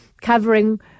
covering